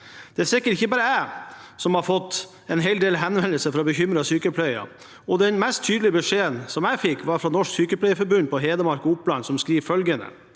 Det er sikkert ikke bare jeg som har fått en hel del henvendelser fra bekymrede sykepleiere. Den mest tydelige beskjeden som jeg fikk, var fra Norsk Sykepleierforbund Hedmark og Oppland, som skriver følgende: